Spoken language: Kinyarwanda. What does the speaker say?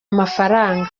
amafaranga